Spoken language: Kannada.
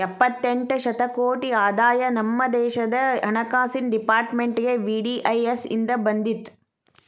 ಎಪ್ಪತ್ತೆಂಟ ಶತಕೋಟಿ ಆದಾಯ ನಮ ದೇಶದ್ ಹಣಕಾಸಿನ್ ಡೆಪಾರ್ಟ್ಮೆಂಟ್ಗೆ ವಿ.ಡಿ.ಐ.ಎಸ್ ಇಂದ್ ಬಂದಿತ್